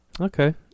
Okay